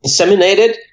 inseminated